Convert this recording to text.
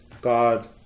God